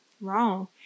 wrong